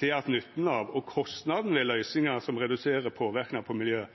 til at nytten av og kostnadane ved løysingar som reduserer påverknaden på miljøet,